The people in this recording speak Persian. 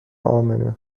امنه